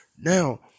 Now